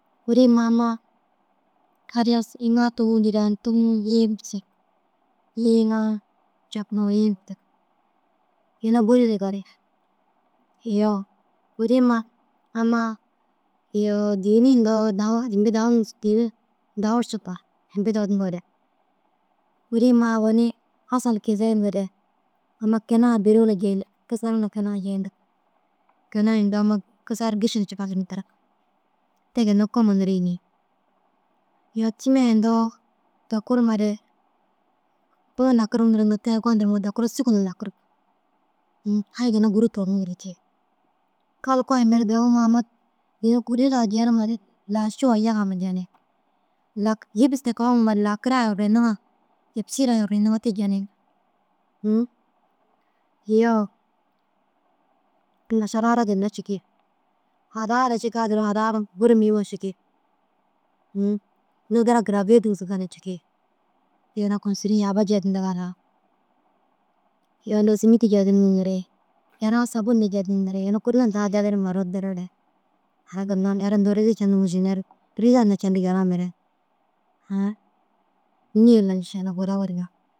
Kuri ma amma ariya iŋaa tugum diraa tugum yii gurtig yii iŋa capuŋa yii gurtig. Yuna buri ri gali iyoo kuri ma amma iyoo dîhini undoo imbi dahu urusiriga imbi duro dunture kuri ma owonni asal kizeyinduũre amma kinaa dôwula jeyindig kasar na kina jeyindig kinaa undoo amma kasar gišer cika ginna terig. Te ginna kôuma niriyene. Iyoo tîmmi ai undoo tokurmare bo nakirig indiriŋare dakuroo šûguu na nakirig. Ũũ ai ginna Gûro turonu duro cii. Kalku ai mere dahu ini kuri daa jenimare lašuwa yegema jeniŋ. Lak yibis deke hoŋumare lakire ai urruyindiŋa yebisira ai urruyindiŋa te jenii. Ũũ iyoo masal arar ginna cikii haraa ara cikaa duro haraa buru muhima cikii ũũ nûdira girabiya tigisiga na cikii. Yuna kôstiri yagaba jedinga ara iyoo undoo sîmiti jendiga erea sabunu jendinig unu kurii daha ôroza ru cendiŋa hinne ru. Hãã nê mašallaha bura wuruga.